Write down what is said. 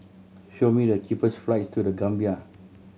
show me the cheapest flights to The Gambia